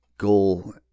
Goal